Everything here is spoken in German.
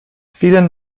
vielen